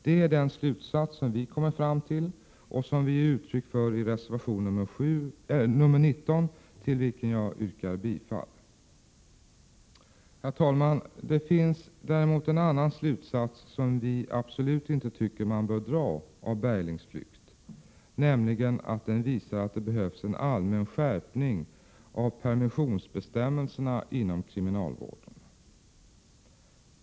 Det är den slutsats som vi kommit fram till och som vi ger uttryck för i reservation 19, vilken jag yrkar bifall till. Herr talman! Det finns däremot en annan slutsats som vi absolut inte tycker att man bör dra av Berglings flykt, nämligen att den visar att det behövs en allmän skärpning av permissionsbestämmelserna inom kriminalvården.